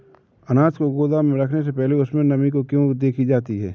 अनाज को गोदाम में रखने से पहले उसमें नमी को क्यो देखी जाती है?